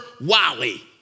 Wally